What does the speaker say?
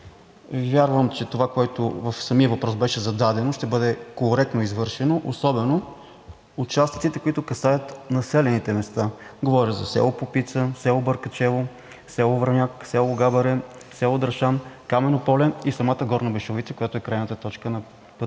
Вярвам, че това, което беше зададено в самия въпрос, ще бъде коректно извършено, особено участъците, които касаят населените места. Говоря за село Попица, село Бъркачево, село Враняк, село Габаре, село Драшан, Камено поле и самата Горна Бешовица, която е крайната точка на